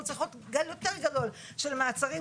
צריך להיות גל יותר גדול של מעצרים,